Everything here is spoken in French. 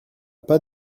pas